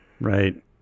Right